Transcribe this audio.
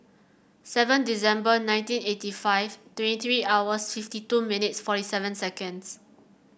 seven December nineteen eighty five twenty three hours fifty two minutes forty seven seconds